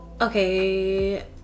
Okay